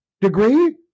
degree